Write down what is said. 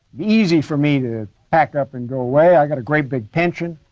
easy for me to pack up and go away. i got a great big pension.